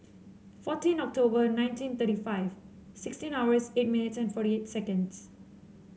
fourteen October nineteen thirty five sixteen hours eight minutes forty eight seconds